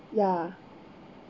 ya